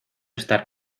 estar